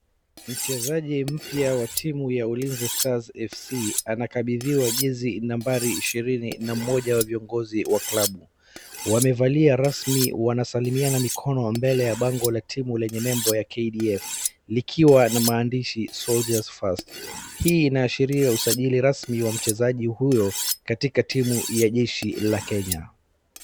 Mchezaji mpya wa timu ya ULINZI STARS FC anakambiziwa jezi nambari ishirini na moja wa viongozi wa club .Wamevalia rasmi wanasalimiana mikono mbele ya bango la timu lenye lebel ya KDF likiwa na maandishi Soldiers Fast hii inashiria ushajili rasmi ya mchezaji huyo katika timu ya jeshi la Kenya.